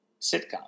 sitcom